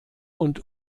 und